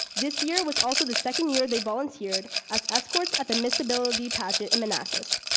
this year was also the second year they volunteered as escorts at the miss ability pageant in manassas.